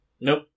Nope